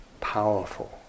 powerful